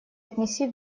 отнеси